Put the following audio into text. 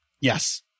yes